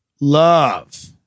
love